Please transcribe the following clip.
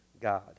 God